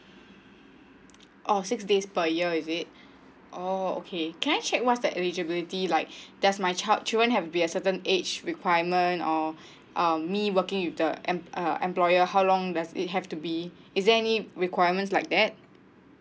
oh six days per year is it oh okay can I check what's the eligibility like that's my child children have to be a certain age requirement or um me working with the em~ uh employer how long does it have to be is there any requirements like that